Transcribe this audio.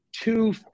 two